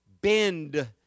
bend